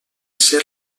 ser